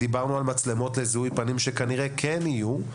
דיברנו על מצלמות לזיהוי פנים שכנראה כן יהיו.